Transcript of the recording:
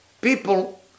people